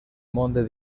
monde